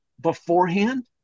beforehand